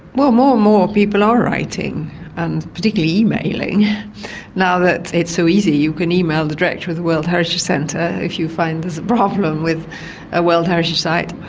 well, more and more people are writing and particularly emailing now that it's so easy, you can email the director of the world heritage centre if you find there's a problem with a world heritage site,